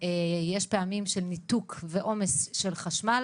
יש פעמים של ניתוק ועומס של חשמל